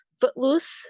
Footloose